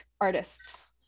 artists